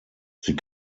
sie